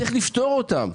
צריך לפטור אותם.